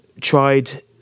tried